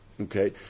Okay